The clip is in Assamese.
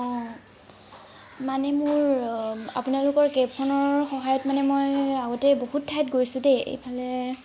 অঁ মানে মোৰ আপোনালোকৰ কেবখনৰ সহায়ত মানে মই আগতেই বহুত ঠাইত গৈছো দেই এইফালে